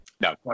No